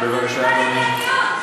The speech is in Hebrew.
בבקשה, אדוני.